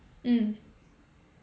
mm